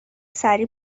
سریع